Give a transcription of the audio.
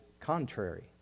contrary